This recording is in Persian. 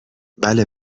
بله